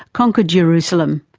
conquered jerusalem.